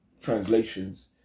translations